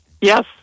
Yes